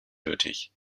nötig